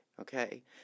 Okay